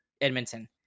Edmonton